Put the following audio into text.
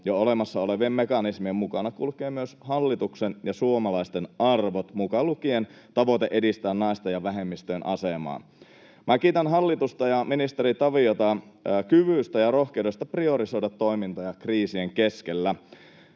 Jo olemassa olevien mekanismien mukana kulkevat myös hallituksen ja suomalaisten arvot, mukaan lukien tavoite edistää naisten ja vähemmistöjen asemaa. Kiitän hallitusta ja ministeri Taviota kyvystä ja rohkeudesta priorisoida toimintoja kriisien keskellä.